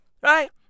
Right